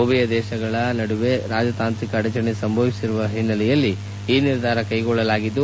ಉಭಯ ದೇಶಗಳ ನಡುವೆ ರಾಜತಾಂತ್ರಿಕ ಅಡಚಣೆ ಸಂಭವಿಸಿರುವ ಹಿನ್ನಲೆಯಲ್ಲಿ ಈ ನಿರ್ಧಾರ ಕೈಗೊಳ್ಳಲಾಗಿದ್ದು